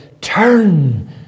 turn